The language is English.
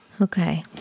okay